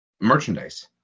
merchandise